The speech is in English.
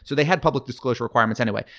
so they had public disclosure requirements, anyway.